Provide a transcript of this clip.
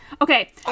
Okay